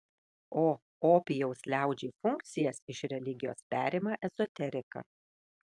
o opijaus liaudžiai funkcijas iš religijos perima ezoterika